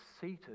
seated